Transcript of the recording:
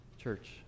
Church